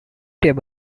tab